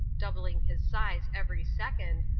doubling his size every second,